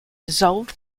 dissolved